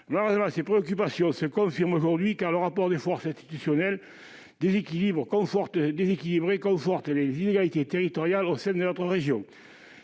Malheureusement, ces préoccupations se confirment aujourd'hui, car le rapport de force institutionnel déséquilibré conforte les inégalités territoriales au sein de notre région.